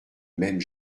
même